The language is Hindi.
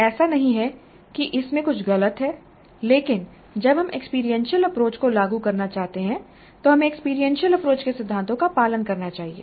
ऐसा नहीं है कि इसमें कुछ गलत है लेकिन जब हम एक्सपीरियंशियल अप्रोच को लागू करना चाहते हैं तो हमें एक्सपीरियंशियल अप्रोच के सिद्धांतों का पालन करना चाहिए